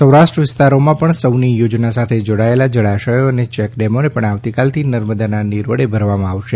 સૌરાષ્ટ્ર વિસ્તારમાં પણ સૌની યોજના સાથે જોડાયેલા જળાશયો અને ચેકડેમો પણ આવતીકાલથી નર્મદાના નીર વડે ભરવામાં આવશે